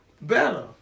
better